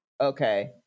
okay